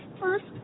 first